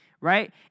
right